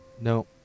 No